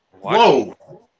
Whoa